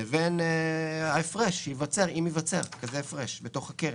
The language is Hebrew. לבין ההפרש שייווצר אם ייווצר כזה הפרש בתוך הקרן.